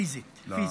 פיזית, פיזית.